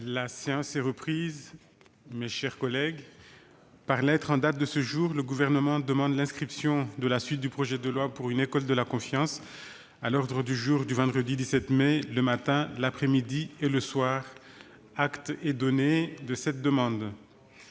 La séance est reprise. Par lettre en date de ce jour, le Gouvernement demande l'inscription de la suite de l'examen du projet de loi pour une école de la confiance à l'ordre du jour du vendredi 17 mai, le matin, l'après-midi et le soir. Acte est donné de cette demande.